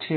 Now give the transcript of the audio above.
છે